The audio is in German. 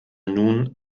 nun